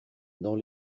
dans